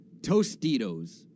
Tostitos